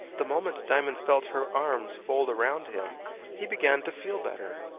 the moment diamond felt her arms fold around him he began to feel better.